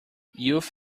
youth